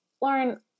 Lauren